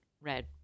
red